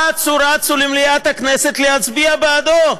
אצו-רצו למליאת הכנסת להצביע בעדו.